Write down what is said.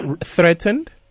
threatened